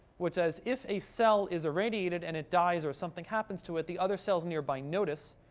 which says, if a cell is irradiated, and it dies or something happens to it, the other cells nearby notice.